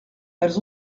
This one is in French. elles